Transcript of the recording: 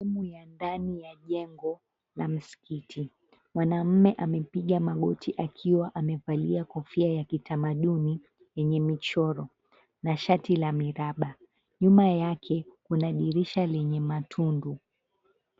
Sehemu ya ndani ya jengo la msikiti mwanume amepiga magoti akiwa amevalia kofia ya kitamaduni yenye michoro na shati la miraba. Nyuma yake kuna dirisha lenye matundu.